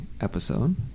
episode